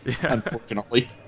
unfortunately